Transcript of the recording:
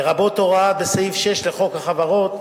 לרבות הוראת סעיף 6 לחוק החברות,